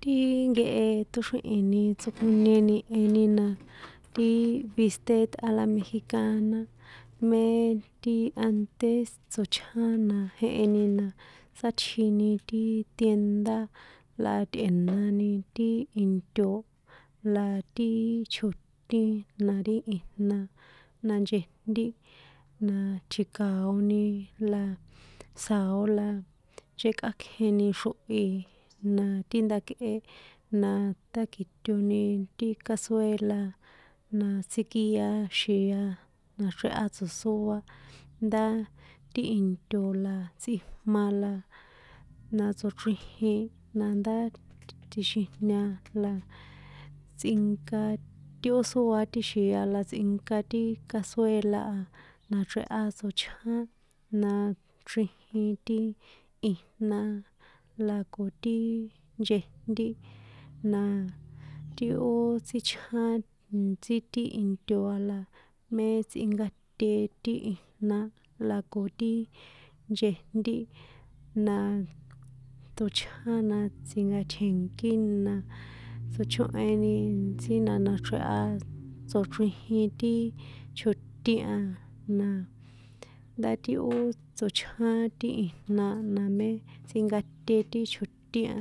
Ti nkehe ṭóxríhi̱ni tsokjonieni jeheni na, tiiii bistec a la mexicana, mé ti ante tsochján na jehe na sátjini ti tienda la tꞌe̱nani ti into la ti chjotín la ri ijna. Na nchejntí, na tji̱ka̱oni la, sa̱o la nchekꞌákjeni xrohi na ti ndakꞌe na ṭáki̱toni ti casuela, na tsikia xi̱a na̱xreha tso̱sóa ndá ti into la tsꞌijma na tsochrijin nandá tsixijña la tsꞌinka ti ó sóa ti xi̱a la tsꞌínka ti casuela a nachreha tsochján na chrijin ti ijna, la ko ti nchejntí, na ti ó tsíchján intsí ti into a la mé tsꞌinkate ti ijna la ko ti nchejntí, na tsochján na tsi̱nkatjie̱nkíni na tsochóni intsí na nachreha tsochrijin ti chjotín a na, ndá ti ó tsochján ti ijna na mé tsꞌinkaté ti chjotín a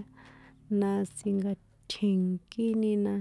na tsi̱nkatjienkíni na.